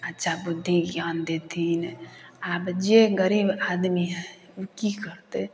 अच्छा बुद्धि ज्ञान देथिन आब जे गरीब आदमी है ओ की करतै